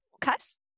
Cuss